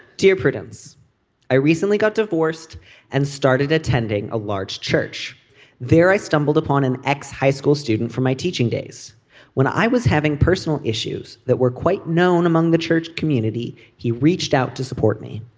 dear prudence i recently got divorced and started attending a large church there i stumbled upon an ex high school student from my teaching days when i was having personal issues that were quite known among the church community. he reached out to support me.